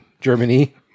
Germany